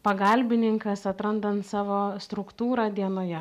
pagalbininkas atrandant savo struktūrą dienoje